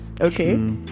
Okay